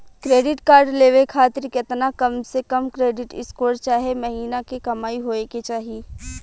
Credit card लेवे खातिर केतना कम से कम क्रेडिट स्कोर चाहे महीना के कमाई होए के चाही?